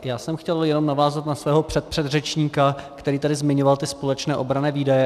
Já jsem chtěl jenom navázat na svého předpředřečníka, který tady zmiňoval společné obranné výdaje.